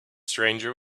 stranger